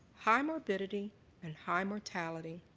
high morbidity and high mortality,